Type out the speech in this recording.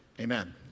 Amen